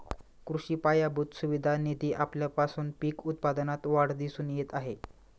कृषी पायाभूत सुविधा निधी आल्यापासून पीक उत्पादनात वाढ दिसून येत आहे